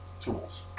tools